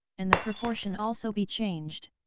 and the proportion also be changed.